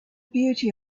beauty